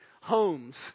homes